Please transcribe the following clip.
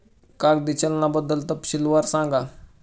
कागदी चलनाबद्दल तपशीलवार सांगा